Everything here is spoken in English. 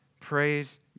Praise